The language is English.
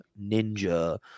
Ninja